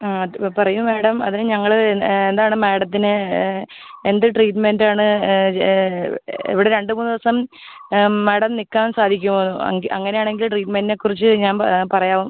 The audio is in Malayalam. ആ അത് പറയൂ മാഡം അതിന് ഞങ്ങൾ എ എന്താണ് മാഡത്തിന് എന്ത് ട്രീറ്റ്മെൻറ്റ് ആണ് ഇവിടെ രണ്ട് മൂന്ന് ദിവസം മാഡം നിൽക്കാൻ സാധിക്കുമോ എൻ അങ്ങനെ ആണെങ്കിൽ ട്രീറ്റ്മെൻറ്റിനെ കുറിച്ച് ഞാൻ പറയാം